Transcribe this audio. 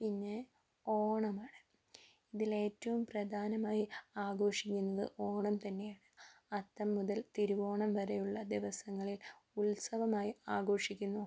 പിന്നെ ഓണമാണ് ഇതിൽ ഏറ്റവും പ്രധാനമായി ആഘോഷിക്കുന്നത് ഓണം തന്നെയാണ് അത്തം മുതൽ തിരുവോണം വരെയുള്ള ദിവസങ്ങളിൽ ഉത്സവമായി ആഘോഷിക്കുന്നു